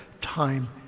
time